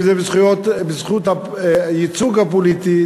אם בזכות הייצוג הפוליטי,